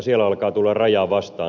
siellä alkaa tulla raja vastaan